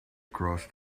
across